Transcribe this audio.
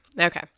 Okay